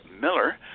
Miller